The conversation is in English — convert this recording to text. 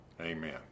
Amen